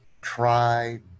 try